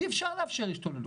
אי אפשר לאפשר השתוללות.